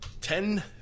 ten